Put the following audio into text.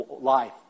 life